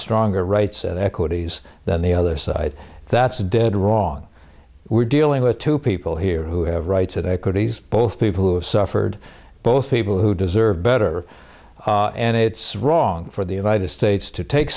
stronger rights equities than the other side that's dead wrong we're dealing with two people here who have rights and equities both people who have suffered both people who deserve better and it's wrong for the united states to take